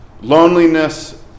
loneliness